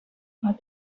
what